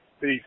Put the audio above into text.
Peace